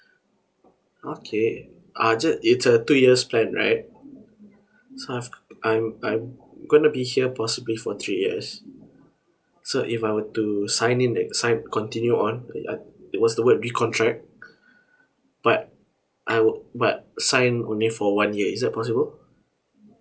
okay uh just it's a two years plan right so I've I'm I'm going to be here possibly for three years so if I were to sign in then sign continue on uh it was toward the contract but I will but sign only for one year is it possible